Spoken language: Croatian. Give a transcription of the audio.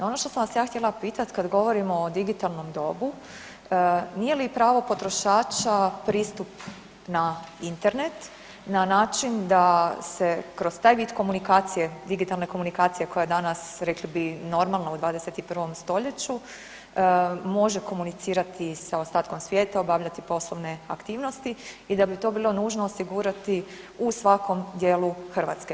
I ono što sam vas ja htjela pitati kad govorimo o digitalnom dobu nije li pravo potrošača pristup na Internet na način da se kroz taj vid komunikacije, digitalne komunikacije koja danas rekli bi normalno u 21. stoljeću može komunicirati sa ostatkom svijeta obavljati poslovne aktivnosti i da bi to bilo nužno osigurati u svakom dijelu Hrvatske.